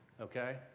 okay